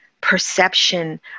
perception